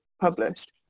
published